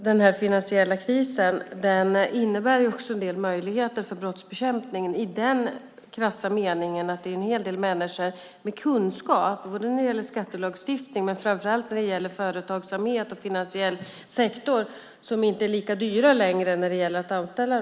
Den finansiella krisen innebär också en del möjligheter för brottsbekämpningen i den krassa meningen att det är en hel del människor med kunskap när det gäller skattelagstiftning och framför allt när det gäller företagsamhet och finansiell sektor som inte är lika dyra att anställa.